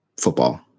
football